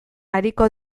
ariko